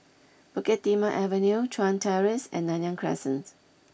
Bukit Timah Avenue Chuan Terrace and Nanyang Crescent